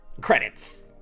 Credits